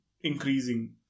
increasing